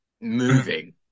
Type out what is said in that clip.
moving